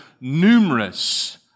numerous